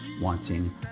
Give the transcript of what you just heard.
wanting